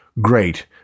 great